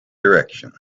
direction